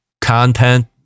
content